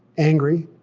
angry,